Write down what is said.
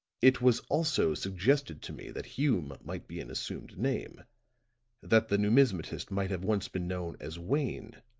it was also suggested to me that hume might be an assumed name that the numismatist might have once been known as wayne,